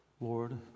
Lord